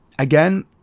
Again